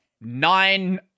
nine